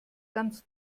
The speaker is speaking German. ganz